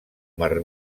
mar